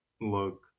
look